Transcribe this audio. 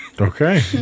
Okay